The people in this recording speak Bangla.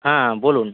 হ্যাঁ বলুন